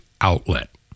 outlet